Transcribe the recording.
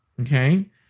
okay